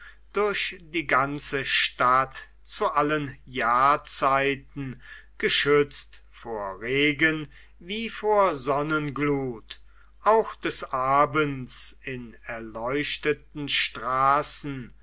durch die ganze stadt zu allen jahrzeiten geschützt vor regen wie vor sonnenglut auch des abends in erleuchteten straßen